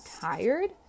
tired